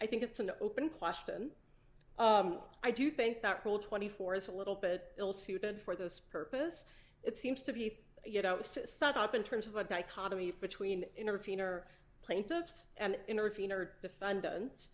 i think it's an open question i do think that rule twenty four is a little bit ill suited for those purpose it seems to be you know it's to set up in terms of a dichotomy between intervener plaintiffs and intervener defendant